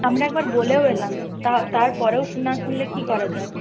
আমরা একবার বলেও এলাম তারপরেও না শুনলে কি করা যায়